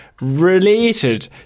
related